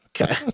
Okay